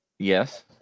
Yes